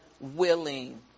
willing